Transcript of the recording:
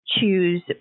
choose